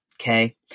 Okay